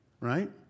right